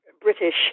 British